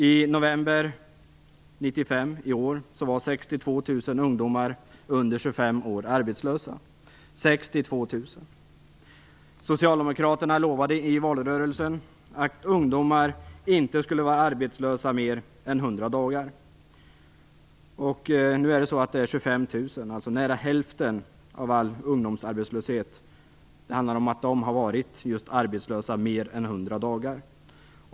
I november i år var 62 000 ungdomar under 25 år arbetslösa - Socialdemokraterna lovade i valrörelsen att ungdomar inte skulle vara arbetslösa längre än 100 dagar. 25 000 ungdomar, dvs. nästan hälften av alla arbetslösa ungdomar, har varit arbetslösa i mer än 100 dagar.